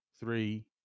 three